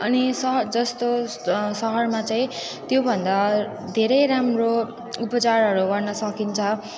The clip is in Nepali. अनि सहर जस्तो सहरमा चाहिँ त्योभन्दा धेरै राम्रो उपचारहरू गर्न सकिन्छ